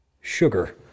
sugar